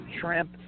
shrimp